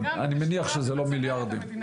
אני מניח שזה לא מיליארדים.